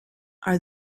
are